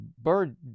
Bird